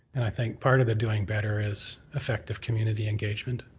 and i think part of the doing better is effective community engagement.